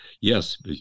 yes